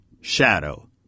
shadow